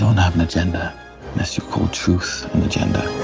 an um an agenda, unless you call truth an agenda.